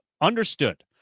understood